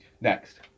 Next